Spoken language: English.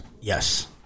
Yes